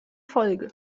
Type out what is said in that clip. folge